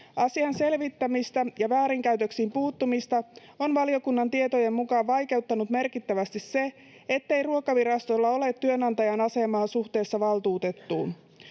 Asian selvittämistä ja väärinkäytöksiin puuttumista on valiokunnan tietojen mukaan vaikeuttanut merkittävästi se, ettei Ruokavirastolla ole työnantajan asemaa suhteessa valtuutettuun.